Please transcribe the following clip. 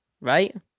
right